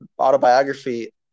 autobiography